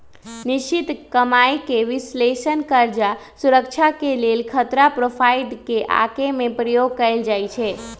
निश्चित कमाइके विश्लेषण कर्जा सुरक्षा के लेल खतरा प्रोफाइल के आके में प्रयोग कएल जाइ छै